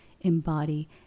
embody